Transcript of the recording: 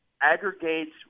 aggregates